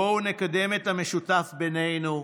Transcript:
בואו נקדם את המשותף בינינו,